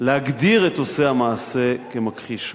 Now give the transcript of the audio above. להגדיר את עושה המעשה כמכחיש השואה.